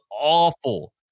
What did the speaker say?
awful